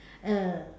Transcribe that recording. uh